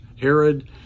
herod